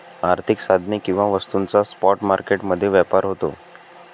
आर्थिक साधने किंवा वस्तूंचा स्पॉट मार्केट मध्ये व्यापार होतो